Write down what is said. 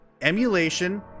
emulation